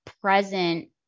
present